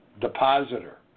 depositor